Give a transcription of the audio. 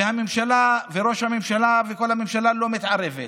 והממשלה וראש הממשלה וכל הממשלה לא מתערבים